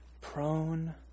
prone